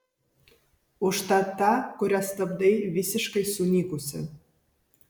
užtat ta kuria stabdai visiškai sunykusi